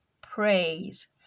praise